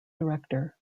director